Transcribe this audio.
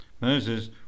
Moses